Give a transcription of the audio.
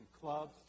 clubs